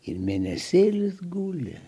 ir mėnesėlis guli